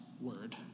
word